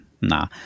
nah